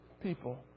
people